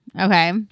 Okay